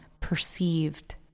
perceived